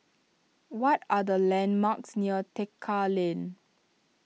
what are the landmarks near Tekka Lane